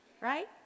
right